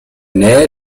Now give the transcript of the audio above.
nähe